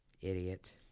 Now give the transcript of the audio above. Idiot